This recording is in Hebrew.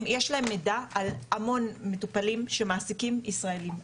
יש להם מידע על המון מטופלים שמעסיקים ישראלים.